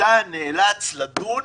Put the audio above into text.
אתה נאלץ לדון